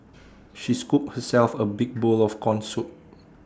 she scooped herself A big bowl of Corn Soup